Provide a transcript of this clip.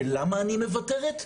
ולמה אני מוותרת?